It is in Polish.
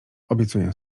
obiecuję